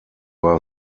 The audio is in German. war